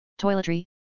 toiletry